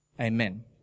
amen